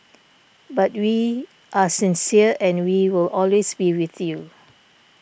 but we are sincere and we will always be with you